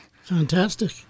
Fantastic